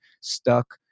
stuck